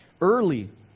Early